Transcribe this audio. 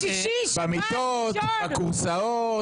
שישי, שבת, ראשון.